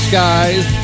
Skies